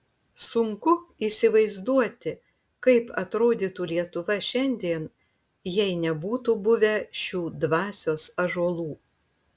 sunku įsivaizduoti kaip atrodytų lietuva šiandien jei nebūtų buvę šių dvasios ąžuolų